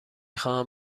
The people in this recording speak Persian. خواهم